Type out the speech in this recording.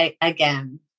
again